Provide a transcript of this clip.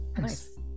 Nice